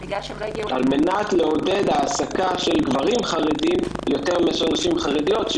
על מנת לעודד העסקה של גברים חרדים יותר מאשר נשים חרדיות.